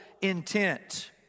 intent